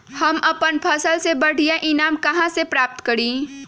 हम अपन फसल से बढ़िया ईनाम कहाँ से प्राप्त करी?